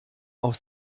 auf